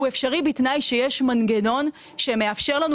הוא אפשרי בתנאי שיש מנגנון שמאפשר לנו